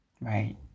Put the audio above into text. Right